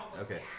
Okay